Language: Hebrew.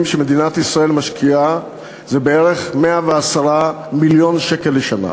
שמדינת ישראל משקיעה היום היא בערך 110 מיליון שקל לשנה.